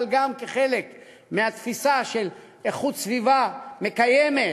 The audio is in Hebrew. אבל גם כחלק מהתפיסה של איכות סביבה מקיימת,